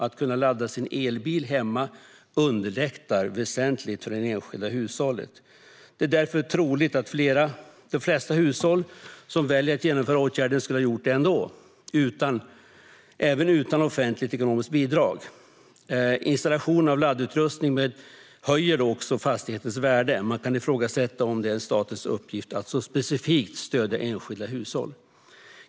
Att kunna ladda sin elbil hemma underlättar väsentligt för det enskilda hushållet. Det är därför troligt att de flesta hushåll som väljer att genomföra åtgärden skulle gjort detta ändå, även utan offentligt ekonomiskt bidrag. Installation av laddutrustning höjer också fastighetens värde, och man kan ifrågasätta om det är statens uppgift att så specifikt stödja enskilda hushåll.